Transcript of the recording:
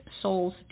souls